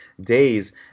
days